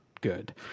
good